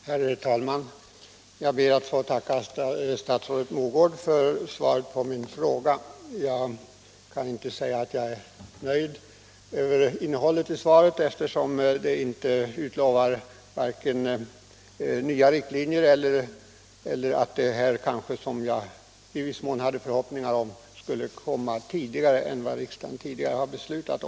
Herr talman! Jag ber att få tacka statsrådet Mogård för svaret på min fråga. Jag kan inte säga att jag är nöjd med svaret, eftersom det varken utlovas nya riktlinjer eller, som jag hade vissa förhoppningar om, att höjningen av bidraget skall komma tidigare än riksdagen beslutat.